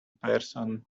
person